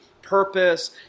purpose